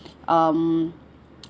um